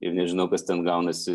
ir nežinau kas ten gaunasi